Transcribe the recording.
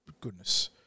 Goodness